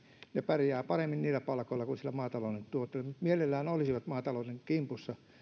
pärjäävät paremmin niillä palkoilla kuin sillä maatalouden tuotolla mutta he mielellään olisivat maatalouden kimpussa